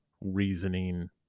reasoning